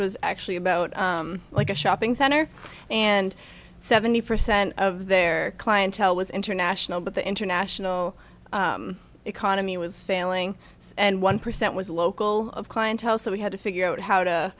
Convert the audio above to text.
was actually about like a shopping center and seventy percent of their clientele was international but the international economy was failing and one percent was local of clientele so we had to figure out how to